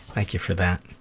thank you for that.